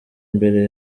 mbere